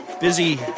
Busy